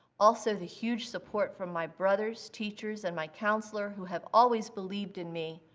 also the huge support from my brothers, teachers, and my counselor who have always believed in me,